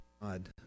God